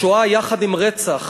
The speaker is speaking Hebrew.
בשואה, יחד עם רצח